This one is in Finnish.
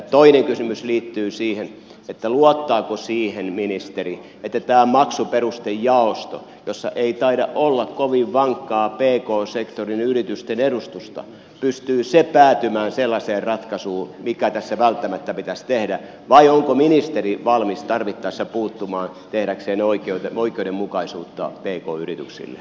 toinen kysymys liittyy siihen luottaako ministeri siihen että tämä maksuperustejaosto jossa ei taida olla kovin vankkaa pk sektorin yritysten edustusta pystyy päätymään sellaiseen ratkaisuun mikä tässä välttämättä pitäisi tehdä vai onko ministeri valmis tarvittaessa puuttumaan tehdäkseen oikeudenmukaisuutta pk yrityksille